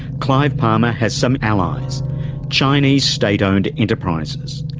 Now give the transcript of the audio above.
clive palmer has some allies chinese state-owned enterprises.